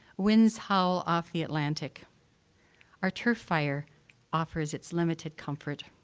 winds howl off the atlantic our turf fire offers its limited comfort.